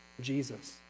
Jesus